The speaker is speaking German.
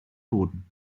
boden